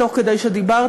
תוך כדי שדיברת,